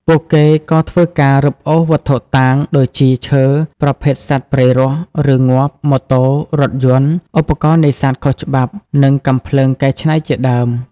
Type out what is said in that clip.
ពួកគេក៏ធ្វើការ រឹបអូសវត្ថុតាង ដូចជាឈើ ប្រភេទសត្វព្រៃរស់ ឬងាប់ ម៉ូតូ រថយន្ត ឧបករណ៍នេសាទខុសច្បាប់ និងកាំភ្លើងកែច្នៃជាដើម។